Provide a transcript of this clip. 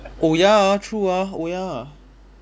oh ya ah true ah oh ya